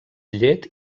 llet